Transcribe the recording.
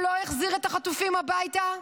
שלא החזיר את החטופים הביתה?